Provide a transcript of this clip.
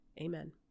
Amen